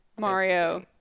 Mario